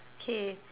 K